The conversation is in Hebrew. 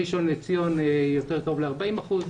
ראשון לציון כשזה יותר קרוב ל-40 אחוזים.